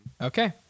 Okay